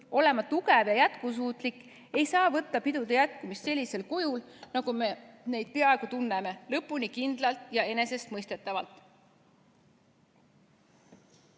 olema tugev ja jätkusuutlik, ei saa pidude jätkumist sellisel kujul, nagu me neid teame, lõpuni kindlaks ja enesestmõistetavaks